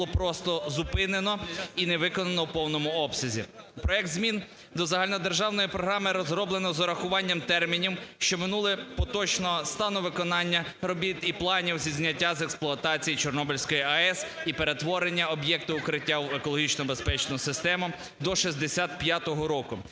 було просто зупинено і не виконано у повному обсязі. Проект змін до Загальнодержавної програми розроблено з урахуванням термінів, що минули, поточного стану виконання робіт і планів зі зняття з експлуатації Чорнобильської АЕС і перетворення об'єкту "Укриття" в екологічно безпечну систему до 1965 року,